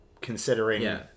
considering